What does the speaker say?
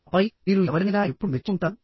ఆపై మీరు ఎవరినైనా ఎప్పుడు మెచ్చుకుంటారు